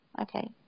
Okay